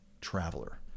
traveler